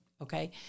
Okay